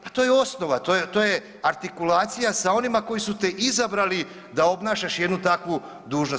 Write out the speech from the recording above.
Pa to je osnova, to je artikulacija sa onima koji su te izabrali da obnašaš jednu takvu dužnost.